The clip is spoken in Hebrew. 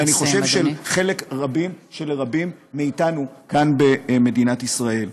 ואני חושב, של רבים רבים מאיתנו כאן במדינת ישראל.